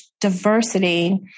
diversity